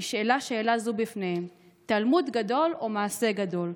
נשאלה שאלה זו בפניהם: תלמוד גדול או מעשה גדול?